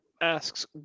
asks